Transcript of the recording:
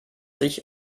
sich